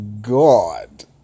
God